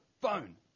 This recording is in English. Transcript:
phone